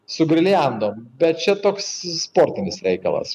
su girliandom bet čia toks sportinis reikalas